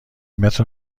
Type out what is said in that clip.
متر